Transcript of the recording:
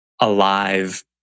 alive